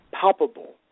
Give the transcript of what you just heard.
palpable